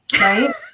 right